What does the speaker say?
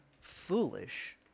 foolish